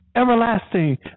Everlasting